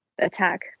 attack